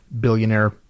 billionaire